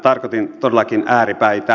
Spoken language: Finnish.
tarkoitin todellakin ääripäitä